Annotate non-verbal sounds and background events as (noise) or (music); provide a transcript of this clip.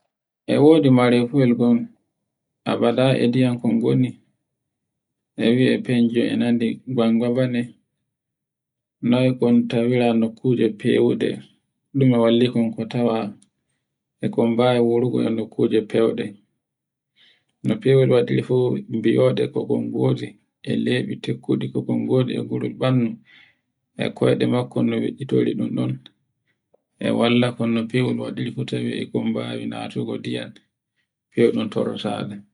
Ewodi mare fuyel ngol, amma na e ndiyam kol goni, e wia fenje e nani ngangobane, noy kon tawira no kujr fewuɗe dume walli kun ku taawa e kon mbawi wurngo e nokkuje fewɗe. No fewɗe waɗiri fu mbiode ko konboje (noise) e lebi tekkudi ko kol ngodi e nguru bandu, e koyɗe makkol no weiitore ɗun ɗon e wallakol no fewɗol waɗiri fu tawaai e kol mbawa natugo ndiyam fewɗun torata ɗum